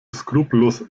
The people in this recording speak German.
skrupellos